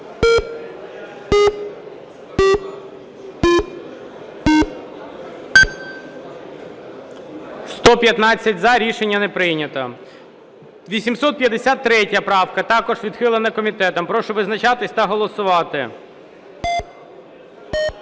За-115 Рішення не прийнято. 853 правка, також відхилена комітетом. Прошу визначатись та голосувати.